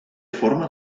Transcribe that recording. forma